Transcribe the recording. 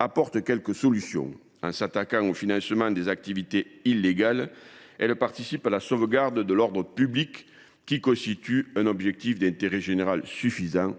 apporte quelques solutions. En s’attaquant au financement des activités illégales, elle participe à la sauvegarde de l’ordre public, qui constitue un objectif d’intérêt général suffisant